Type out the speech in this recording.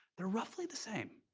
they're roughly the same.